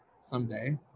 someday